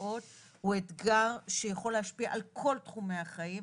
הבאות הוא אתגר שיכול להשפיע על כל תחומי החיים.